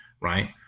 right